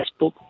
Facebook